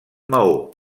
maó